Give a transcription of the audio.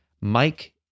Mike